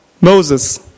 Moses